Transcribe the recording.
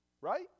right